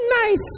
nice